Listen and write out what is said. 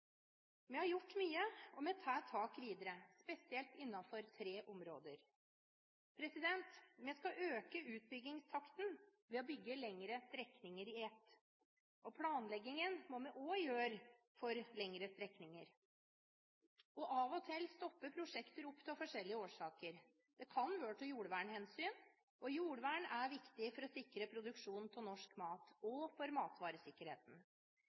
Vi har gjort mye, og vi tar tak videre, spesielt innenfor tre områder: Vi skal øke utbyggingstakten ved å bygge lengre strekninger i ett, og planleggingen må også gjøres for lengre strekninger. Av og til stopper prosjekter opp av forskjellige årsaker. Det kan være av jordvernhensyn, og jordvern er viktig for å sikre produksjon av norsk mat – og for matvaresikkerheten.